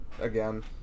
again